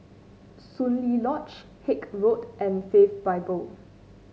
Soon Lee Lodge Haig Road and Faith Bible